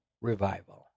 Revival